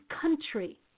country